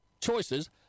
choices